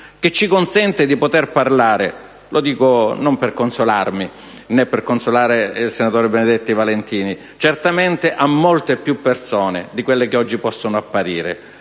che ci consentono di poter parlare - lo dico non per consolarmi, né per consolare il senatore Benedetti Valentini - a molte più persone di quelle che oggi possono apparire.